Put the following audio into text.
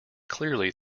clearly